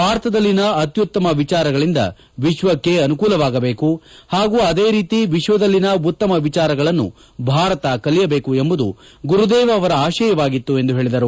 ಭಾರತದಲ್ಲಿನ ಅತ್ತುತ್ತಮ ವಿಚಾರಗಳಿಂದ ವಿಶ್ವಕ್ಕೆ ಅನುಕೂಲವಾಗಬೇಕು ಪಾಗೂ ಅದೇ ರೀತಿ ವಿಶ್ವದಲ್ಲಿನ ಉತ್ತಮ ವಿಚಾರಗಳನ್ನು ಭಾರತ ಕಲಿಯಬೇಕು ಎಂಬುದು ಗುರುದೇವ್ ಅವರ ಆಶಯವಾಗಿತ್ತು ಎಂದು ಪೇಳಿದರು